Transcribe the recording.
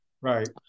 Right